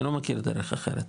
אני לא מכיר דרך אחרת.